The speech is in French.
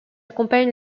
compagne